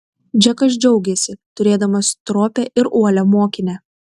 džekas džiaugėsi turėdamas stropią ir uolią mokinę